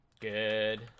Good